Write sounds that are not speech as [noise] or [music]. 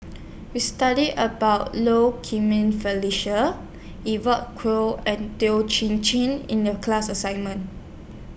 We studied about Low [unintelligible] Felicia Evon Kow and Toh Chin Chye in The class assignment